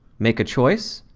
make a choice.